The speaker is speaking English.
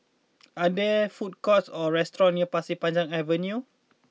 are there food courts or restaurants near Pasir Panjang Avenue